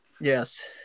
Yes